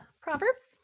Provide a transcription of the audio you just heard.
Proverbs